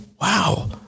Wow